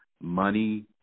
money